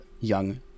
young